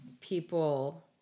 people